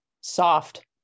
soft